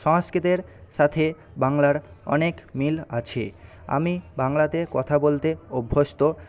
সংস্কৃতের সাথে বাংলার অনেক মিল আছে আমি বাংলাতে কথা বলতে অভ্যস্ত